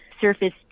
surface